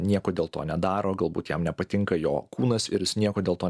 nieko dėl to nedaro galbūt jam nepatinka jo kūnas ir jis nieko dėl to